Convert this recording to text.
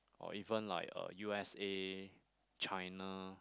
or even like uh U_S_A China